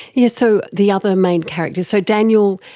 yes, so the other main characters, so daniel,